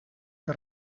que